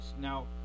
now